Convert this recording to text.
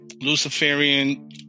Luciferian